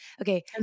Okay